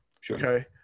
Sure